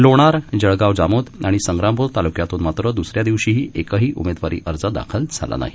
लोणार जळगावजामोद आणिसंग्रामपूर ताल्क्यातूनमात्रद्सऱ्यादिवशीहीएकहीउमेदवारीअर्जदाखलझालानाही